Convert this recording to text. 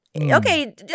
Okay